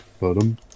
Bottom